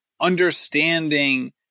understanding